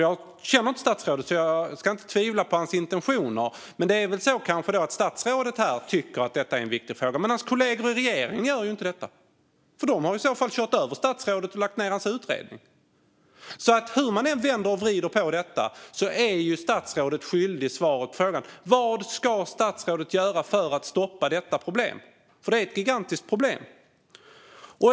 Jag känner inte statsrådet, så jag ska inte tvivla på hans intentioner. Statsrådet tycker kanske att det här är en viktig fråga. Men hans kollegor i regeringen gör det inte, utan de har kört över statsrådet och lagt ned hans utredning. Hur man än vrider och vänder på det blir statsrådet skyldig svaret på frågan: Vad ska statsrådet göra för att stoppa detta problem? Det är ett gigantiskt problem.